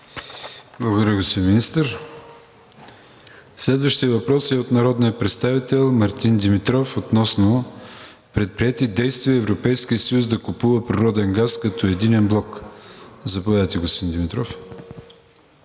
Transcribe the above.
Благодаря Ви, господин Министър. Следващият въпрос е от народния представител Мартин Димитров относно предприети действия Европейският съюз да купува природен газ като единен блок. Заповядайте, господин Димитров.